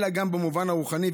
אלא גם במובן הרוחני,